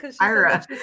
Ira